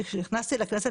שכאשר נכנסתי לכנסת,